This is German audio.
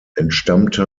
entstammte